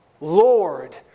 Lord